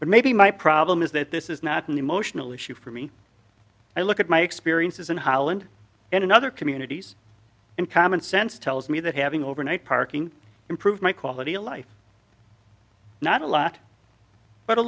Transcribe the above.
but maybe my problem is that this is not an emotional issue for me i look at my experiences in holland and in other communities and common sense tells me that having overnight parking improve my quality of life not a lot but a